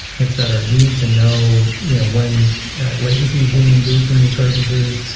et cetera. you need to know you know when latency is being induced in your services.